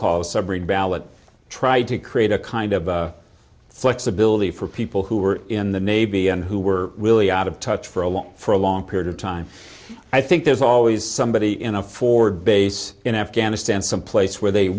call a submarine ballot try to create a kind of flexibility for people who were in the maybe and who were really out of touch for a long for a long period of time i think there's always somebody in a forward base in afghanistan someplace where they